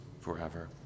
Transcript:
forever